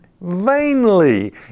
vainly